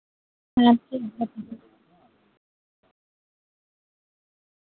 ᱦᱮᱸ